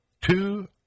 Two